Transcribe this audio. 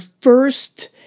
first